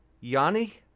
Yanni